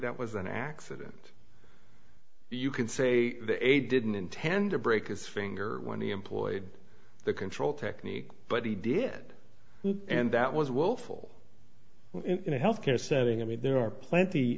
that was an accident you can say the eight didn't intend to break his finger when he employed the control technique but he did and that was willful in a health care setting i mean there are plenty